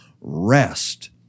rest